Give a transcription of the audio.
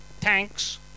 tanks